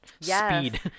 speed